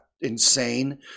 insane